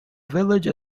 village